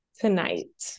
tonight